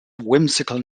whimsical